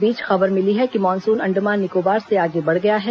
इस बीच खबर मिली है कि मानसून अंडमान निकोबार से आगे बढ़ गया है